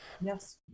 Yes